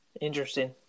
Interesting